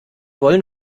wollen